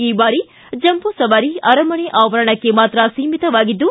ಈ ಬಾರಿ ಜಂಬೂ ಸವಾರಿ ಅರಮನೆ ಆವರಣಕ್ಕೆ ಮಾತ್ರ ಸೀಮಿತವಾಗಿದ್ದು